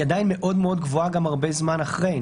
עדיין מאוד מאוד גבוהה גם הרבה זמן אחרי,